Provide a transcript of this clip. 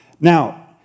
Now